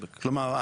כלומר,